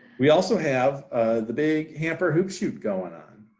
we also have the big hamper hoop shoot going on.